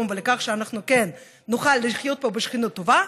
ולכך שאנחנו כן נוכל לחיות פה בשכנות טובה,